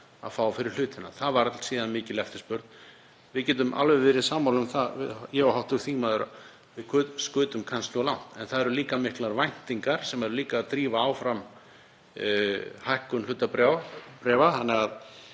að fá fyrir hlutina. Það varð síðan mikil eftirspurn. Við getum alveg verið sammála um það, ég og hv. þingmaður, að við skutum kannski of lágt. En það eru líka miklar væntingar sem drífa líka áfram hækkun hlutabréfa